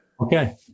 Okay